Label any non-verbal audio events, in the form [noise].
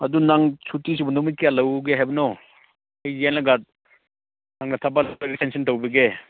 ꯑꯗꯨ ꯅꯪ ꯁꯨꯇꯤꯁꯤꯕꯨ ꯅꯨꯃꯤꯠ ꯀꯌꯥ ꯂꯧꯒꯦ ꯍꯥꯏꯕꯅꯣ ꯑꯩ ꯌꯦꯡꯂꯒ ꯅꯪꯅ ꯊꯕꯛ [unintelligible] ꯆꯦꯟꯁꯤꯟ ꯇꯧꯕꯤꯒꯦ